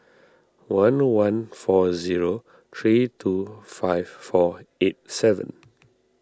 one one four zero three two five four eight seven